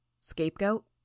Scapegoat